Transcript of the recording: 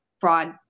fraud